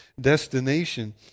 destination